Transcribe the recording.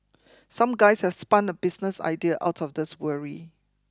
some guys have spun a business idea out of this worry